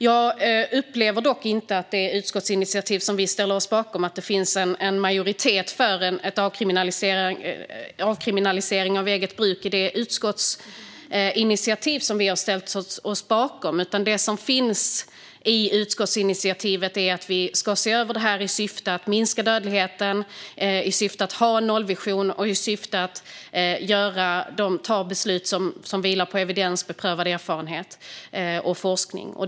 Jag upplever dock inte att det i det utskottsinitiativ som vi ställer oss bakom finns en majoritet som är för avkriminalisering av eget bruk. Men det finns en majoritet som är för att man ska se över det här i syfte att minska dödligheten, i syfte att ha en nollvision och i syfte att ta beslut som vilar på evidens, beprövad erfarenhet och forskning.